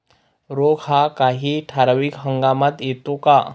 रोग हा काही ठराविक हंगामात येतो का?